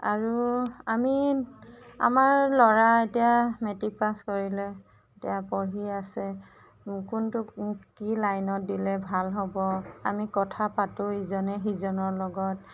আৰু আমি আমাৰ ল'ৰা এতিয়া মেট্ৰিক পাছ কৰিলে এতিয়া পঢ়ি আছে কোনটো কি লাইনত দিলে ভাল হ'ব আমি কথা পাতো ইজনে সিজনৰ লগত